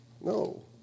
No